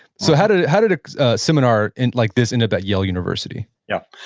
so how did how did a seminar and like this end up at yale university? yeah.